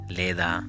leda